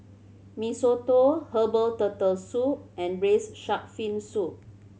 Mee Soto herbal Turtle Soup and Braised Shark Fin Soup